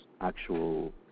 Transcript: actual